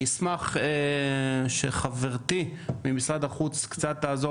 אני אשמח שחברתי ממשרד החוץ קצת תעזור